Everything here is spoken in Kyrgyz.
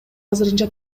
азырынча